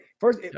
First